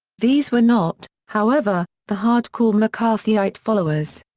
these were not, however, the hard-core mccarthyite followers.